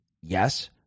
Yes